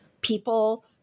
people